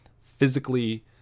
physically